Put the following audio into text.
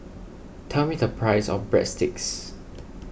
tell me the price of Breadsticks